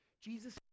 Jesus